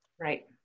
Right